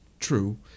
True